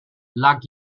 lag